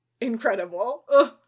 Incredible